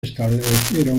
establecieron